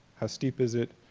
how steep is it,